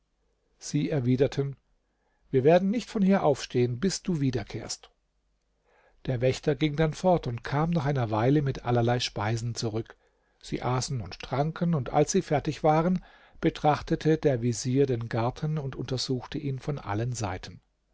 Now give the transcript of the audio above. sie erwiderten wir werden nicht von hier aufstehen bis du wiederkehrst der wächter ging dann fort und kam nach einer weile mit allerlei speisen zurück sie aßen und tranken und als sie fertig waren betrachtete der vezier den garten und untersuchte ihn von allen seiten